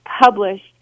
published